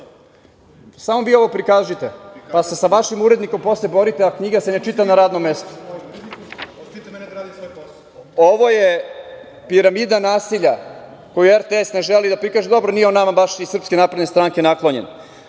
vi ovo prikažite, pa se sa vašim urednikom posle borite. Knjiga se ne čita na radnom mestu. Ovo je piramida nasilja koju RTS ne želi da prikaže. Dobro, nije on nama baš iz Srpske napredne stranke naklonjen. Kako